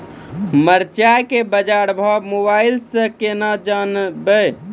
मरचा के बाजार भाव मोबाइल से कैनाज जान ब?